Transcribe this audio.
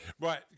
Right